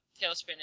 Tailspin